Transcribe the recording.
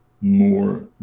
more